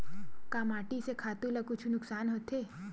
का माटी से खातु ला कुछु नुकसान होथे?